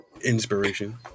inspiration